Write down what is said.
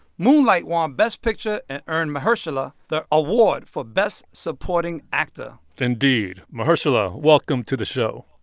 moonlight won best picture and earned mahershala the award for best supporting actor indeed. mahershala, welcome to the show